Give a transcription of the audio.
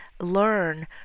learn